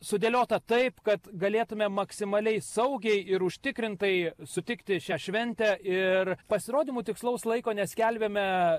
sudėliota taip kad galėtumėm maksimaliai saugiai ir užtikrintai sutikti šią šventę ir pasirodymų tikslaus laiko neskelbėme